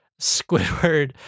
Squidward